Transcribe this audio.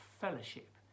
fellowship